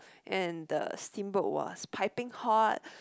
and the steamboat was piping hot